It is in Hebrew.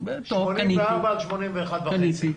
קניתי,